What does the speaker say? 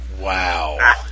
Wow